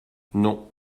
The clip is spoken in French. non